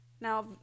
Now